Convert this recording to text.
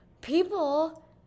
people